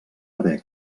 haver